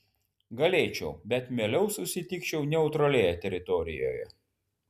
galėčiau bet mieliau susitikčiau neutralioje teritorijoje